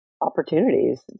opportunities